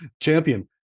Champion